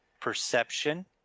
perception